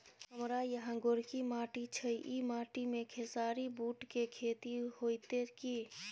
हमारा यहाँ गोरकी माटी छै ई माटी में खेसारी, बूट के खेती हौते की?